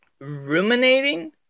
ruminating